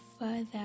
further